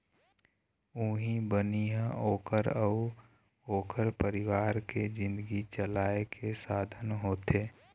उहीं बनी ह ओखर अउ ओखर परिवार के जिनगी चलाए के साधन होथे